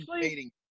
dating